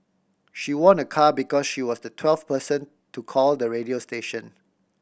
she won a car because she was the twelfth person to call the radio station